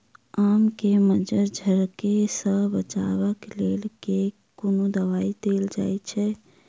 आम केँ मंजर झरके सऽ बचाब केँ लेल केँ कुन दवाई देल जाएँ छैय?